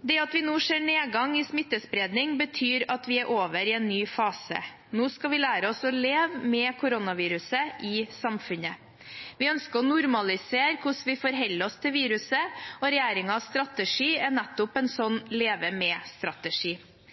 Det at vi nå ser nedgang i smittespredning, betyr at vi er over i en ny fase. Nå skal vi lære oss å leve med koronaviruset i samfunnet. Vi ønsker å normalisere hvordan vi forholder oss til viruset, og regjeringens strategi er nettopp en